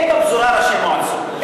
אין בפזורה ראשי מועצות.